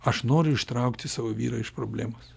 aš noriu ištraukti savo vyrą iš problemos